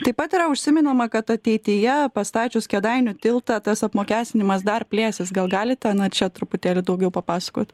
taip pat yra užsimenama kad ateityje pastačius kėdainių tiltą tas apmokestinimas dar plėsis gal galite čia truputėlį daugiau papasakot